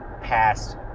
past